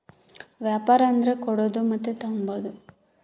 ವ್ಯಾಪಾರ ಅಂದರ ಕೊಡೋದು ಮತ್ತೆ ತಾಂಬದು